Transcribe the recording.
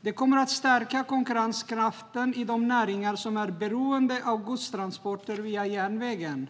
Det kommer att stärka konkurrenskraften i de näringar som är beroende av godstransporter via järnvägen.